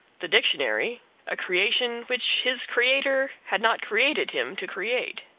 the dictionary a creation which his creator had not created him to create.